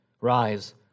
Rise